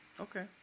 Okay